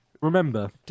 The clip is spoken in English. remember